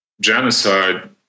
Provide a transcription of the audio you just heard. genocide